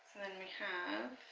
then we have.